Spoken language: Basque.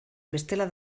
bestela